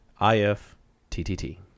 IFTTT